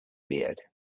beard